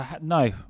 no